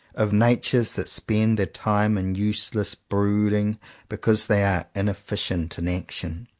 of natures that spend their time in useless brooding because they are inefficient in action.